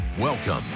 Welcome